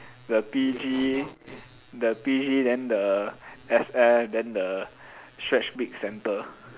the P_G the P_G then the S_F then the stretch big center